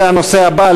זה הנושא הבא,